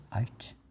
out